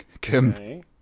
Kim